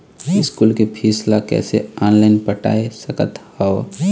School के fees ला कैसे ऑनलाइन पटाए सकत हव?